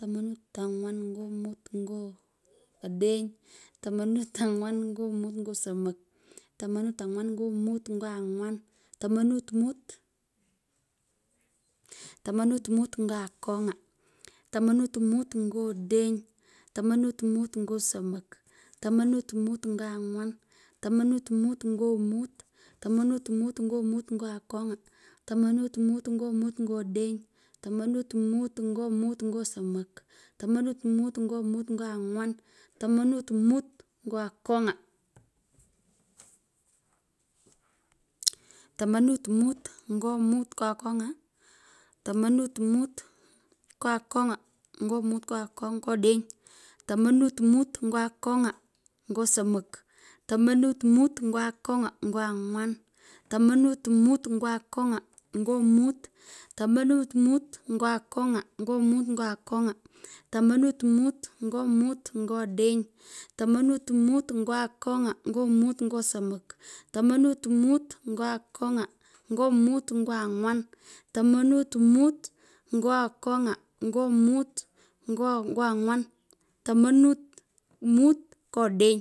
Tomanut angwan nyo mut nyo odeny, tamanut angwan ngo mut nyo somok, tamanut anywan nyo mut ngo angwan, tamañut mut tamanur mut nyo akong’a, tamanut mut ngo odeny, tamanut mut nyo somok. tamanut mut nyo angwan, tamanut mut nyo mut tumanut mut nyo mut nyo odeny, tomanut mut nyo mut nyo odeny tomanut mut nyo mut nyo somok tomanut mut nyo mut nyo anywan, tamanut mut nyo akony’a, tamanut mot nyo akony’a nyo akony’a nyo odeny, tamanut mut nyo akong’a nyo somok, tamanut mut nyo akony’a nyo anywan, tamanut mut nyo akong’a nyo mut, tamanut mut nyo akong'a. nyo mut nyo akong'a, tamanut mut nyo akong'a nyo mut nyo odeny, tamanut mut nyo akony'a ngo mut ngo somok, tamanut mut nyo akong’a nyo mut ngo anywan, tomanut mut nyo odeny,